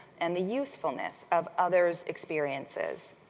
and the usefulness of others' experiences,